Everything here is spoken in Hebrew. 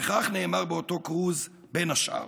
וכך נאמר באותו כרוז, בין השאר,